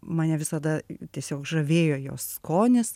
mane visada tiesiog žavėjo jos skonis